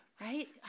Right